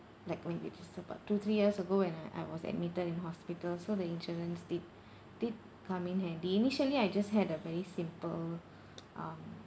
like when which is about two three years ago and I I was admitted in hospital so the insurance did did come in handy initially I just had a very simple um